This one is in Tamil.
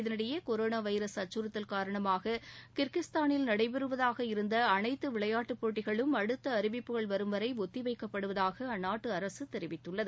இதனிஎடயே கொரோனா வைரஸ் அச்சுறுத்தல் காரணமாக கிர்கிஸ்தானில் நடைபெறுவதாக இருந்த அனைத்து விளையாட்டுப் போட்டிகளும் அடுத்த அறிவிப்புகள் வரும் வரை ஒத்திவைக்கப்படுவதாக அந்நாட்டு அரசு தெரிவித்துள்ளது